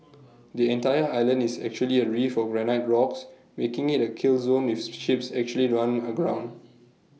the entire island is actually A reef of granite rocks making IT A kill zone if ships actually run aground